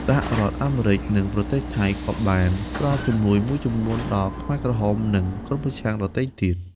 សហរដ្ឋអាមេរិក និងប្រទេសថៃក៏បានផ្ដល់ជំនួយមួយចំនួនដល់ខ្មែរក្រហម និងក្រុមប្រឆាំងដទៃទៀត។